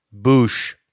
Boosh